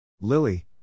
Lily